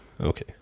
Okay